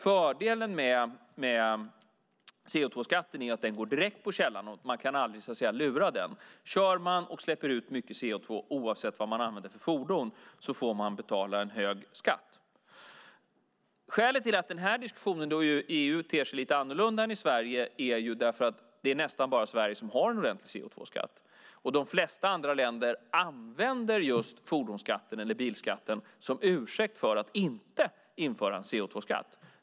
Fördelen med CO2-skatten är att den går direkt på källan, och man kan aldrig så att säga lura den. Den som kör och släpper ut mycket CO2, oavsett vad för fordon som används, får betala en hög skatt. Skälet till att denna diskussion i EU ter sig lite annorlunda än i Sverige är att det nästan bara är Sverige som har en ordentlig CO2-skatt. De flesta andra länder använder just fordonsskatten eller bilskatten som ursäkt för att inte införa en CO2-skatt.